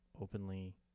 openly